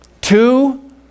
Two